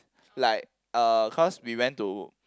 like uh cause we went to